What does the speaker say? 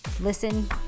Listen